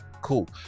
cool